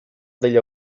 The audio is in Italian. degli